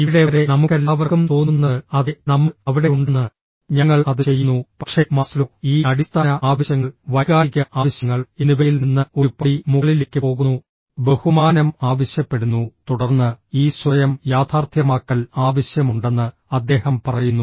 ഇവിടെ വരെ നമുക്കെല്ലാവർക്കും തോന്നുന്നത് അതെ നമ്മൾ അവിടെയുണ്ടെന്ന് ഞങ്ങൾ അത് ചെയ്യുന്നു പക്ഷേ മാസ്ലോ ഈ അടിസ്ഥാന ആവശ്യങ്ങൾ വൈകാരിക ആവശ്യങ്ങൾ എന്നിവയിൽ നിന്ന് ഒരു പടി മുകളിലേക്ക് പോകുന്നു ബഹുമാനം ആവശ്യപ്പെടുന്നു തുടർന്ന് ഈ സ്വയം യാഥാർത്ഥ്യമാക്കൽ ആവശ്യമുണ്ടെന്ന് അദ്ദേഹം പറയുന്നു